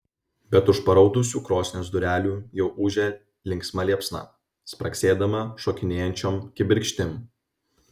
bet už paraudusių krosnies durelių jau ūžia linksma liepsna spragsėdama šokinėjančiom kibirkštim